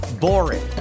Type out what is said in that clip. boring